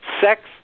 Sex